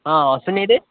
ହଁ ଅଶ୍ଵିନୀ କିରେ